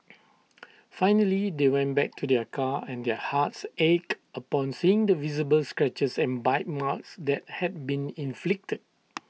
finally they went back to their car and their hearts ached upon seeing the visible scratches and bite marks that had been inflicted